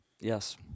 yes